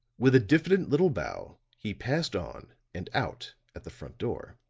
with a diffident little bow he passed on and out at the front door.